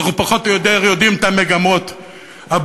אנחנו פחות או יותר יודעים את המגמות הבונקריסטיות,